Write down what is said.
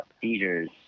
seizures